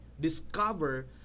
discover